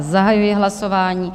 Zahajuji hlasování.